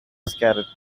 scattered